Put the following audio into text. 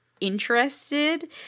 interested